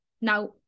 Now